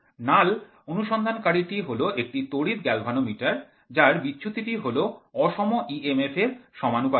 নাল অনুসন্ধানকারী টি হল একটি তড়িৎ গ্যালভানোমিটার যার বিচ্যুতি টি হল অসম emf এর সমানুপাতিক